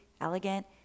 elegant